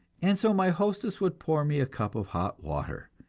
and so my hostess would pour me a cup of hot water,